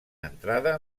entrada